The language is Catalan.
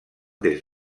des